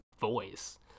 voice